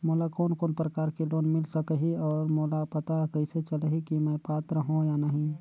मोला कोन कोन प्रकार के लोन मिल सकही और मोला पता कइसे चलही की मैं पात्र हों या नहीं?